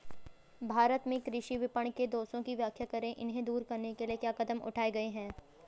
भारत में कृषि विपणन के दोषों की व्याख्या करें इन्हें दूर करने के लिए क्या कदम उठाए गए हैं?